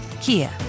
Kia